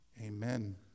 Amen